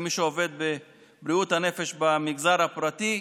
מי שעובד בבריאות הנפש במגזר הפרטי,